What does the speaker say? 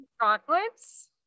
Gauntlets